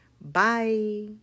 Bye